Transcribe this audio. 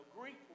Greek